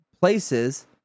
places